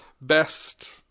best